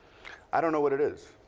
i don't know what it is.